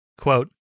Quote